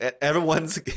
everyone's